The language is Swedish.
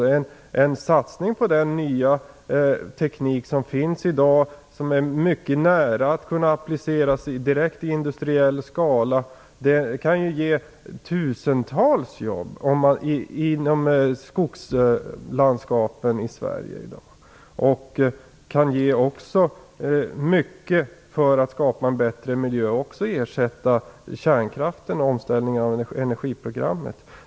En satsning på den nya teknik som finns i dag, vilken är mycket nära att kunna appliceras i direkt industriell skala kan ju ge tusentals jobb i skogslandskapen i Sverige i dag. Den kan också göra mycket för att skapa en bättre miljö samt ersätta kärnkraften och användas för omställningen av energiprogrammet.